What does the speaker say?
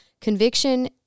conviction